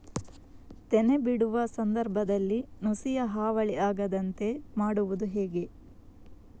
ತೆನೆ ಬಿಡುವ ಸಂದರ್ಭದಲ್ಲಿ ನುಸಿಯ ಹಾವಳಿ ಆಗದಂತೆ ಮಾಡುವುದು ಹೇಗೆ?